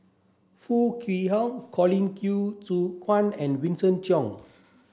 Foo Kwee Horng Colin Qi Zhe Quan and Vincent Cheng